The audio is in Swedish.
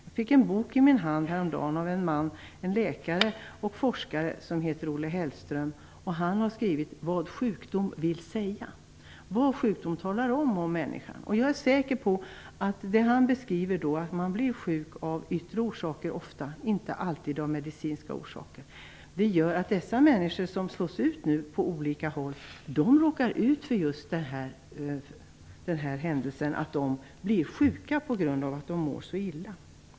Jag fick häromdagen i min hand en bok av en läkare och forskare som heter Olle Hellström. Boken heter Vad sjukdom vill säga, och den handlar om vad sjukdom kan säga om människan. Jag är säker på att det han beskriver stämmer, att man ofta blir sjuk av yttre orsaker och inte alltid av medicinska orsaker. De människor som nu slås ut på olika håll råkar ut för just detta att de blir sjuka på grund av att de mår så illa.